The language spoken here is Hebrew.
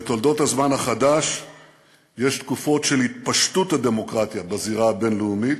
בתולדות הזמן החדש יש תקופות של התפשטות הדמוקרטיה בזירה הבין-לאומית,